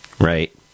right